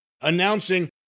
announcing